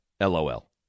LOL